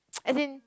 as in